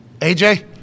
AJ